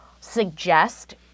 suggest